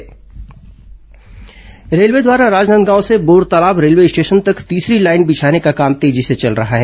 Rajnandgaon railway कार्य railway द्वारा राजनांदगांव से बोरतालाब रेलवे स्टेशन तक तीसरी लाइन बिछाने का काम तेजी से चल रहा है